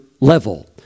level